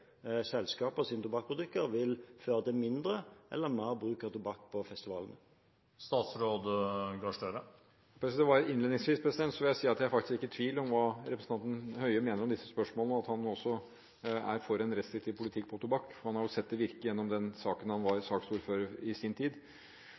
selskaper for å selge konkurrerende produkter. Mener helseministeren at det å få konkurranse mellom ulike selskapers tobakksprodukter vil føre til mindre eller mer bruk av tobakk på festivalene? Innledningsvis vil jeg si at jeg faktisk ikke er i tvil om hva representanten Høie mener om disse spørsmålene, og at han også er for en restriktiv politikk på tobakk. Han har sett det virke gjennom den saken han i sin tid var